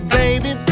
baby